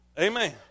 Amen